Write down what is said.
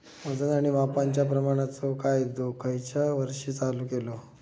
वजन आणि मापांच्या प्रमाणाचो कायदो खयच्या वर्षी चालू केलो?